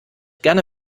gerne